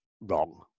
wrong